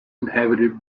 inhabited